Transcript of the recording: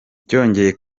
byongeye